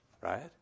right